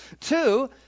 Two